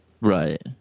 Right